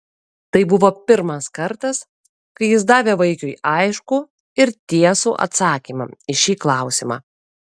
tai buvo pirmas kartas kai jis davė vaikiui aiškų ir tiesų atsakymą į šį klausimą